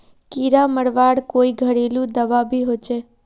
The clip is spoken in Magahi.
कीड़ा मरवार कोई घरेलू दाबा भी होचए?